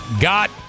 got